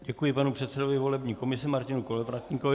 Děkuji panu předsedovi volební komise Martinu Kolovratníkovi.